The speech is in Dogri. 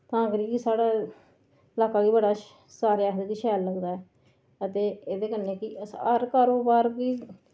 तां करियै साढ़ा इलाका बी बड़ा अच्छा सारे आखदे कि शैल लगदा ऐ ते इदे कन्नै कि अस हर कारोबार कि